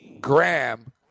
Graham